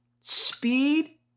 speed